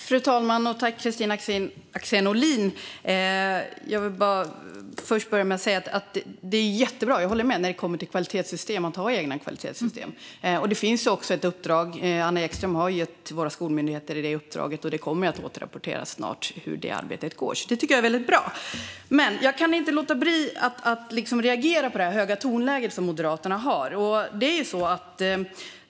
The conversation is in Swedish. Fru talman! Jag håller med om att det är jättebra att ha egna kvalitetssystem. Det finns också ett sådant uppdrag som Anna Ekström har gett till våra skolmyndigheter. Det kommer snart att återrapporteras hur det arbetet går. Det tycker jag är väldigt bra. Men jag kan inte låta bli att reagera på det höga tonläge som Moderaterna har.